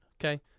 okay